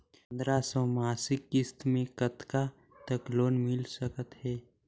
पंद्रह सौ मासिक किस्त मे कतका तक लोन मिल सकत हे?